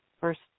First